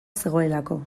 zegoelako